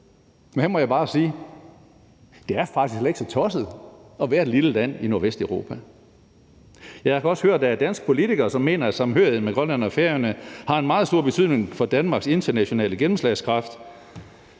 Men her må jeg bare sige: Det er faktisk slet ikke så tosset at være et lille land i Nordvesteuropa. Jeg har også hørt danske politikere, som mener, at samhørigheden med Grønland og Færøerne har en meget stor betydning for Danmarks internationale gennemslagskraft.